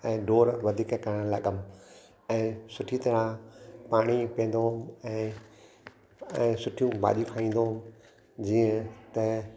ऐं डोड़ वधीक करण लॻियमि ऐं सुठी तरह पाणी पीअंदो हुअमि ऐं सुठी भाॼियूं खाईंदो हुअमि जीअं त